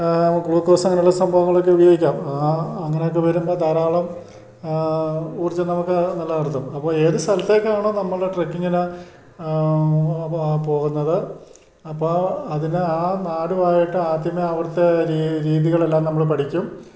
glucose അങ്ങനെയുള്ള സംഭവങ്ങളൊക്കെ ഉപയോഗിക്കാം അങ്ങനെയൊക്കെ വരുമ്പോൾ ധാരാളം ഊർജ്ജം നമുക്ക് നിലനിർത്തും അപ്പോൾ ഏതു സ്ഥലത്തേക്കാണ് നമ്മളുടെ ട്രക്കിങ്ങിനു പോകുന്നത് അപ്പോൾ അതിന് ആ നാടുമായിട്ട് ആദ്യമേ അവിടുത്തെ രീതികളെല്ലാം നമ്മൾ പഠിക്കും